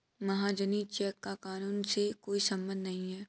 महाजनी चेक का कानून से कोई संबंध नहीं है